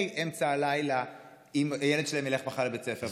אמצע הלילה אם הילד שלהם ילך מחר לבית הספר.